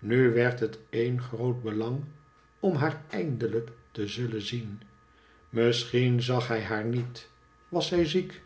nu werd het een groot belang om haar eindehjk te zullen zien misschien zag hij haar niet was zij ziek